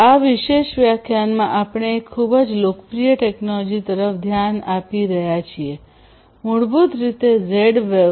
આ વિશેષ વ્યાખ્યાનમાં આપણે એક ખૂબ જ લોકપ્રિય ટેકનોલોજી તરફ ધ્યાન આપીએ છીએ મૂળભૂત રીતે ઝેડ વેવ